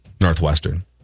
Northwestern